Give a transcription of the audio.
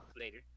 Later